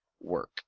work